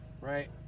right